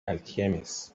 alchemist